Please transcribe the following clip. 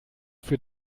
für